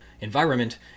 environment